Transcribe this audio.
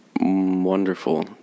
wonderful